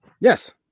Yes